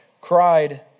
cried